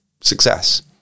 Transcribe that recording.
success